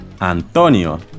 Antonio